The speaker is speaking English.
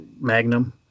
Magnum